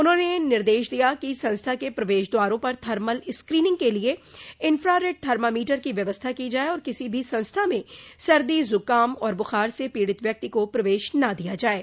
उन्होंने निर्देश दिया कि संस्था के प्रवेश द्वारों पर थर्मल स्क्रीनिंग के लिये इंफ्रारेड थार्मामीटर की व्यवस्था की जाये और किसी भी संस्था में सर्दी जुकाम और बुखार से पीड़ित व्यक्ति को प्रवेश न दिया जाये